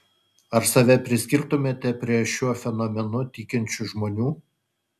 ar save priskirtumėte prie šiuo fenomenu tikinčių žmonių